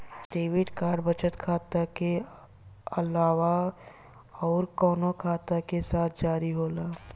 Debit card बचत खाता के अलावा अउरकवन खाता के साथ जारी होला?